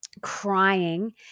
crying